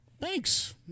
Thanks